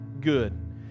good